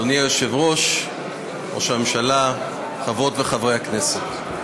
אדוני היושב-ראש, ראש הממשלה, חברות וחברי הכנסת,